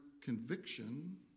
conviction